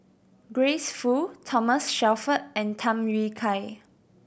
Grace Fu Thomas Shelford and Tham Yui Kai